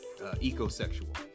ecosexual